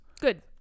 Good